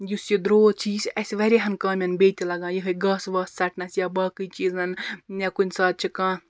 یُس یہِ درٛۅت چھُ یہِ چھُ اَسہِ واریاہن کامیٚن بیٚیہِ تہِ لَگان یِہَے گاسہٕ واسہٕ ژَٹنَس یا باقٕے چیٖزَن یا کُنہِ ساتہٕ چھُ کانٛہہ